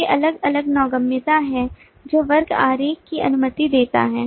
तो ये अलग अलग नौगम्यता हैं जो वर्ग आरेख की अनुमति देता है